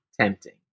tempting